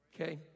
Okay